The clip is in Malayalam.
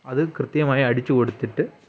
അത് കൃത്യമായി അടിച്ച് കൊടുത്തിട്ട്